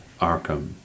Arkham